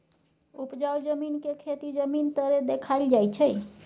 उपजाउ जमीन के खेती जमीन तरे देखाइल जाइ छइ